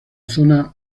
zona